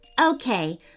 Okay